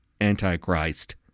Antichrist